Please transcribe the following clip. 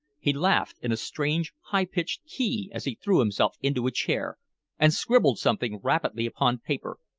he laughed in a strange, high-pitched key as he threw himself into a chair and scribbled something rapidly upon paper,